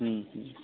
ହୁଁ ହୁଁ